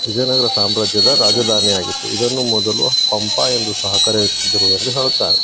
ವಿಜಯನಗರ ಸಾಮ್ರಾಜ್ಯದ ರಾಜಧಾನಿಯಾಗಿತ್ತು ಇದನ್ನು ಮೊದಲು ಹಂಪಿ ಎಂದು ಸಹ ಕರೆಯುತ್ತಿದ್ದರು ಎಂದು ಹೇಳುತ್ತಾರೆ